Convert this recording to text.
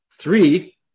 Three